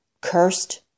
Cursed